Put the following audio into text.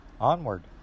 Onward